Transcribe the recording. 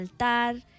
altar